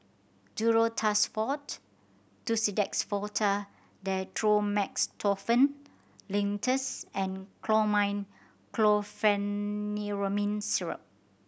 Duro Tuss Forte Tussidex Forte Dextromethorphan Linctus and Chlormine Chlorpheniramine Syrup